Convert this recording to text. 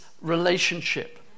relationship